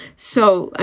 so, i